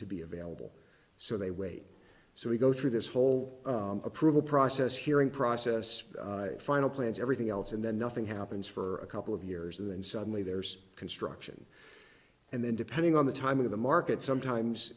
to be available so they wait so we go through this whole approval process hearing process final plans everything else and then nothing happens for a couple of years and then suddenly there's construction and then depending on the time of the market sometimes